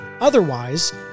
Otherwise